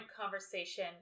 conversation